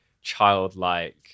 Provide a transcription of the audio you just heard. childlike